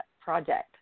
project